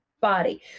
body